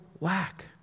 lack